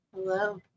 Hello